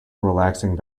relaxing